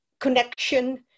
connection